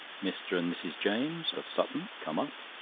mr. and mrs. james, of sutton, come up.